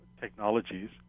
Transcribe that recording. technologies